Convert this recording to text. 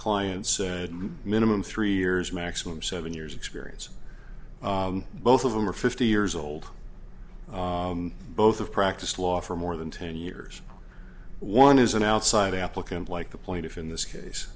clients minimum three years maximum seven years experience both of them are fifty years old both of practiced law for more than ten years one is an outside applicant like the point if in this case